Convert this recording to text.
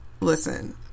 listen